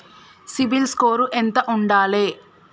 CIBIL score ఎంత ఉండాలే?